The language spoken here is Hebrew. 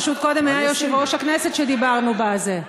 פשוט קודם היה יושב-ראש הכנסת, כשדיברנו בזה.